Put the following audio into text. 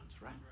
right